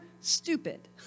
stupid